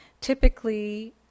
Typically